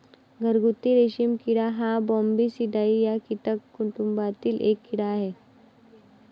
घरगुती रेशीम किडा हा बॉम्बीसिडाई या कीटक कुटुंबातील एक कीड़ा आहे